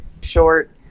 short